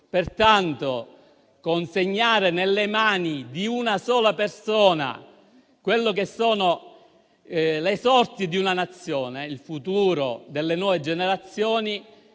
Pertanto, consegnare nelle mani di una sola persona le sorti di una Nazione e il futuro delle nuove generazioni